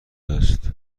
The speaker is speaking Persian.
است